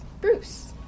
Bruce